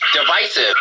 divisive